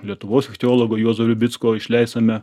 lietuvos ichtiologo juozo virbicko išleistame